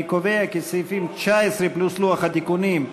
אני קובע כי סעיף 19 פלוס לוח התיקונים,